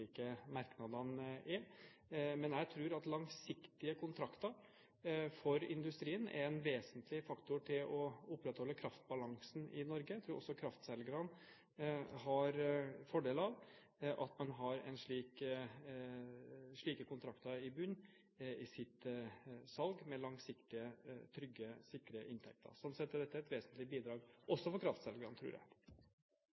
ulike merknadene er. Men jeg tror at langsiktige kontrakter for industrien er en vesentlig faktor for å opprettholde kraftbalansen i Norge. Jeg tror også kraftselgere har fordeler av at man har slike kontrakter i bunn i sine salg, med langsiktige, trygge og sikre inntekter. Sånn sett er dette et vesentlig bidrag